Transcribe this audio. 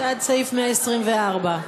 סעיף 152 נתקבל.